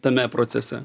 tame procese